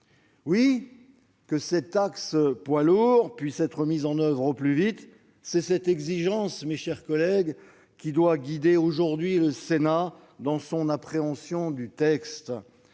Oui, que cette taxe poids lourds soit mise en oeuvre au plus vite, c'est cette exigence, mes chers collègues, qui doit guider aujourd'hui le Sénat dans son appréhension du texte.